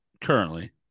Currently